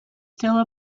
still